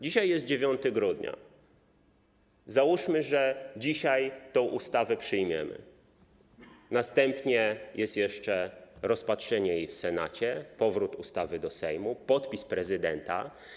Dzisiaj jest 9 grudnia, załóżmy, że dzisiaj tę ustawę przyjmiemy, będzie jeszcze rozpatrzenie jej w Senacie, powrót ustawy do Sejmu i podpis prezydenta.